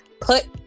Put